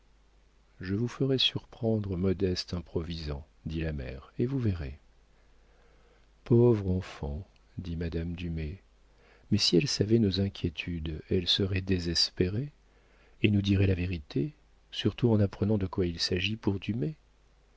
je vous ferai surprendre modeste improvisant dit la mère et vous verrez pauvre enfant dit madame dumay mais si elle savait nos inquiétudes elle serait désespérée et nous dirait la vérité surtout en apprenant de quoi il s'agit pour